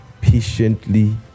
patiently